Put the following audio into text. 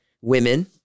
women